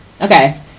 Okay